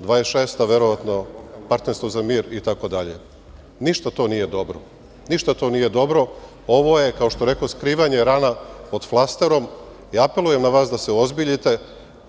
2026. godina, partnerstvo za mir itd. Ništa to nije dobro. Ništa to nije dobro. Ovo je, kao što rekoh, skrivanje rana pod flasterom. Apelujem na vas da se uozbiljite.